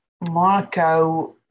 Marco